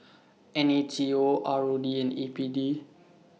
N A T O R O D and A P D